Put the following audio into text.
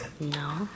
No